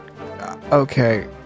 Okay